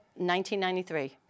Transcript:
1993